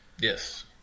Yes